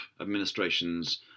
administration's